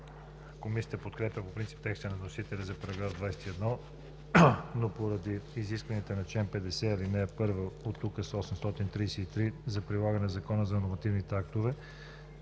Комисията подкрепя по принцип текста на вносителя за § 21, но поради изискванията на чл. 50, ал. 1 от Указ 833 за прилагане на Закона за нормативните актове